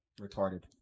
retarded